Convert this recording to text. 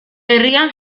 herrian